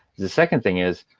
the second thing is,